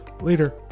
Later